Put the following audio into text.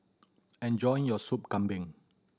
enjoy your Soup Kambing